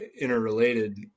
interrelated